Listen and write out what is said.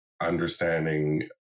understanding